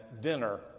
dinner